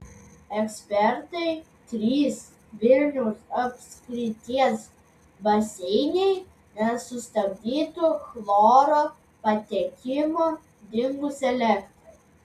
ekspertai trys vilniaus apskrities baseinai nesustabdytų chloro patekimo dingus elektrai